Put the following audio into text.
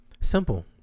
Simple